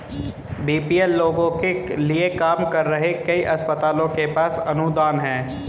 BPL लोगों के लिए काम कर रहे कई अस्पतालों के पास अनुदान हैं